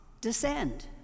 descend